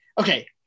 okay